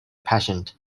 patient